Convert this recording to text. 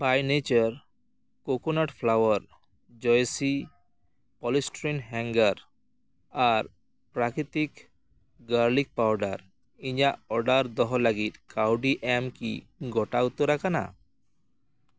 ᱵᱟᱭ nature coconut flour ᱡᱚᱭᱥᱤ ᱯᱚᱞᱤᱥᱴᱨᱤᱱ ᱦᱮᱝᱜᱟᱨ ᱟᱨ ᱯᱨᱟᱠᱨᱤᱛᱤᱠ ᱜᱟᱨᱞᱤᱠ ᱯᱟᱣᱰᱟᱨ ᱤᱧᱟᱹᱜ ᱚᱰᱟᱨ ᱫᱚᱦᱚ ᱞᱟᱹᱜᱤᱫ ᱠᱟᱹᱣᱰᱤ ᱮᱢᱠᱤ ᱜᱚᱴᱟ ᱩᱛᱟᱹᱨ ᱟᱠᱟᱱᱟ